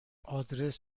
آدرس